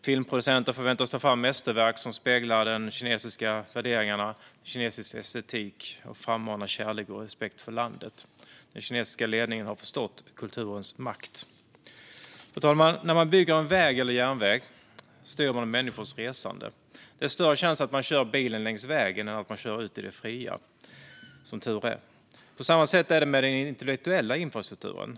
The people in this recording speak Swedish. Filmproducenter förväntas ta fram mästerverk som speglar kinesiska värderingar och kinesisk estetik, och de ska frammana kärlek och respekt för landet. Den kinesiska ledningen har förstått kulturens makt. Fru talman! När man bygger en väg eller järnväg styr man över människors resande. Det är större chans att man kör bilen på vägen än att man kör ut i det fria, som tur är. På samma sätt är det med den intellektuella infrastrukturen.